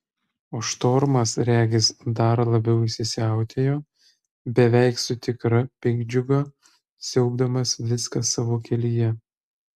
o štormas regis dar labiau įsisiautėjo beveik su tikra piktdžiuga siaubdamas viską savo kelyje